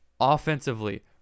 Offensively